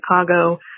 Chicago